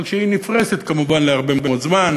רק שהיא נפרסת על הרבה מאוד זמן,